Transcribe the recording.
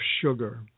sugar